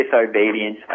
disobedience